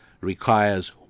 requires